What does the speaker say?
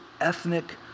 ethnic